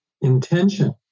intention